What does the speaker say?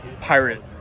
pirate